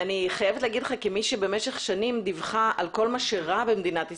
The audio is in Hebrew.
אני חייבת לומר לך כמי שמשך שנים דיווחה על כל מה שרע במדינת ישראל,